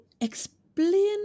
explain